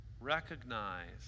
recognize